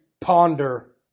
ponder